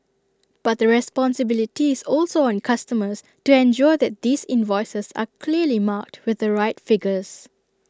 but the responsibility is also on customers to ensure that these invoices are clearly marked with the right figures